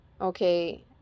okay